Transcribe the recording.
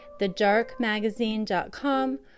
thedarkmagazine.com